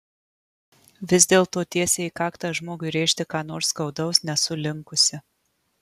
vis dėlto tiesiai į kaktą žmogui rėžti ką nors skaudaus nesu linkusi